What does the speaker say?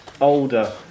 Older